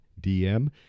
DM